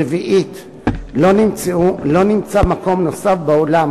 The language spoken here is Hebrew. רביעית, לא נמצא מקום נוסף בעולם